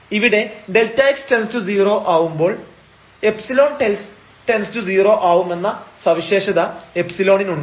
ഇവിടെ Δx→0 ആവുമ്പോൾ ϵ→0 ആവുമെന്ന സവിശേഷത ϵ ക്കുണ്ട്